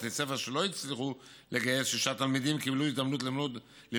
בתי ספר שלא הצליחו לגייס שישה תלמידים קיבלו הזדמנות ללמוד